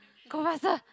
go faster